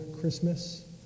Christmas